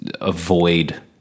avoid